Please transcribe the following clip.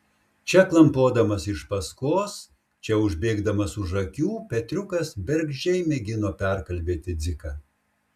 čia klampodamas iš paskos čia užbėgdamas už akių petriukas bergždžiai mėgino perkalbėti dziką